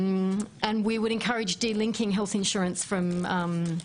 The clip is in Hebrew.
אנחנו מעודדים לנתק את עניין הביטוח הרפואי מעניין העבודה.